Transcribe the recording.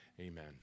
Amen